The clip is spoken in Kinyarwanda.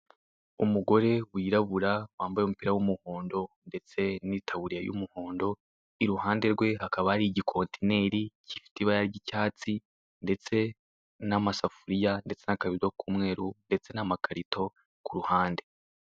Umugore wirabura wambaye umupira w'umuhondo ndetse n'itaburiya y'umuhondo, iruhande rwe akaba ari igikotineri gifite ibara ry'icyatsi ndetse n'amasafuriya ndetse n'akabido kumweru ndetse n'amakarito ku ruhande.